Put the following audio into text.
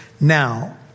Now